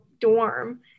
dorm